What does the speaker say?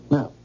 Now